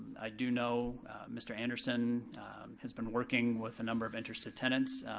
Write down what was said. i do know mr. anderson has been working with a number of interested tenants.